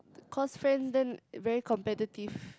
course friends damn very competitive